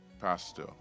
Pastor